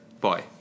bye